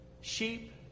Sheep